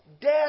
Death